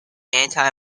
anti